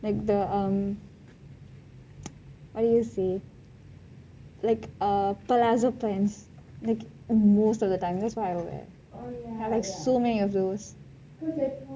like the um what are you say like a palazzo pants like most of the time that's what I wear I have so many of those